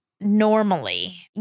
normally